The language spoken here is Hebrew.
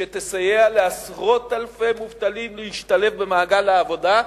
שתסייע לעשרות אלפי מובטלים להשתלב במעגל העבודה,